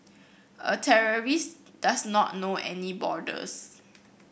a terrorist does not know any borders